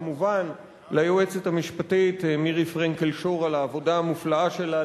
וכמובן ליועצת המשפטית מירי פרנקל-שור על העבודה המופלאה שלה,